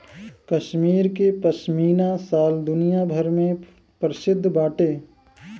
कश्मीर के पश्मीना शाल दुनिया भर में प्रसिद्ध बाटे